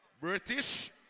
British